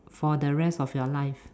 for the rest of your life